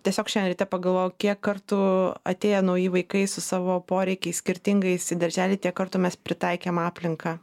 tiesiog šian ryte pagalvojau kiek kartų atėję nauji vaikai su savo poreikiais skirtingais į darželį tiek kartų mes pritaikėm aplinką